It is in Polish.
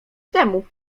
temu